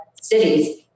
cities